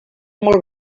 molt